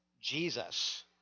Jesus